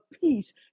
peace